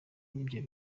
ibyo